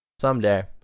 Someday